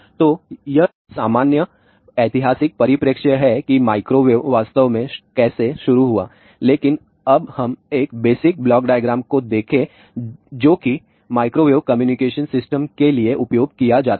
तो यह सामान्य ऐतिहासिक परिप्रेक्ष्य है कि माइक्रोवेव वास्तव में कैसे शुरू हुआ लेकिन अब हम एक बेसिक ब्लॉक डायग्राम को देखें जो कि माइक्रोवेव कम्युनिकेशन सिस्टम के लिए उपयोग किया जाता है